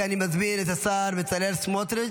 אני מזמין את השר בצלאל סמוטריץ'